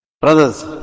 Brothers